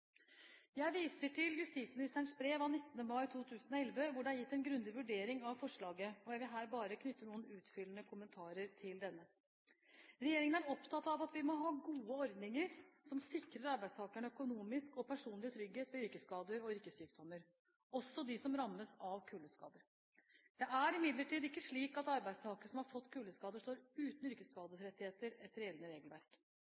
Jeg viser til justisministerens brev av 19. mai 2011, hvor det er gitt en grundig vurdering av forslaget, og jeg vil her bare knytte noen utfyllende kommentarer til denne. Regjeringen er opptatt av at vi må ha gode ordninger som sikrer arbeidstakerne økonomisk og personlig trygghet ved yrkesskader og yrkessykdommer, også dem som rammes av kuldeskader. Det er imidlertid ikke slik at arbeidstakere som har fått kuldeskader, står uten